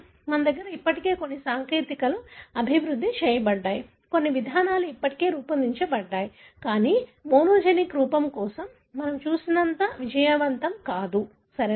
మన దగ్గర ఇప్పటికే కొన్ని సాంకేతికతలు అభివృద్ధి చేయబడ్డాయి కొన్ని విధానాలు ఇప్పటికే రూపొందించబడ్డాయి కానీ మోనోజెనిక్ రూపం కోసం మనం చూసినంత విజయవంతం కాదు సరియైనదా